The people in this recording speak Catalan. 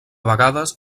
vegades